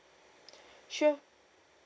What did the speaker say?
sure